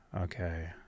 Okay